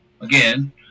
again—